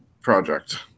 project